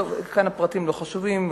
הפרטים כאן לא חשובים,